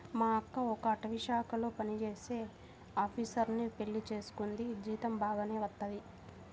మా అక్క ఒక అటవీశాఖలో పనిజేసే ఆపీసరుని పెళ్లి చేసుకుంది, జీతం బాగానే వత్తది